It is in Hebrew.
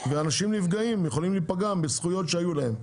ואנשים יכולים להיפגע בזכויות שהיו להם.